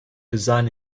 design